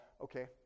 Okay